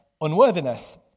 unworthiness